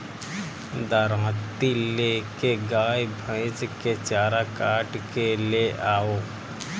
दराँती ले के गाय भईस के चारा काट के ले आवअ